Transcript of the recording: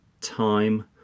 time